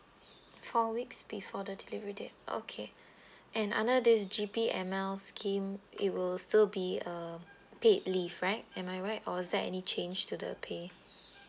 four weeks before the delivery date okay and under this G_P_M_L scheme it will still be a paid leave right am I right or is there any change to the pay